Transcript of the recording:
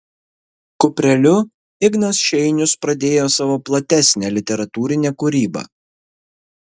kupreliu ignas šeinius pradėjo savo platesnę literatūrinę kūrybą